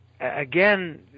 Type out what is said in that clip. again